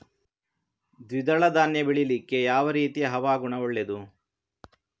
ದ್ವಿದಳ ಧಾನ್ಯ ಬೆಳೀಲಿಕ್ಕೆ ಯಾವ ರೀತಿಯ ಹವಾಗುಣ ಒಳ್ಳೆದು?